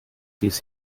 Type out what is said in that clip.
ließ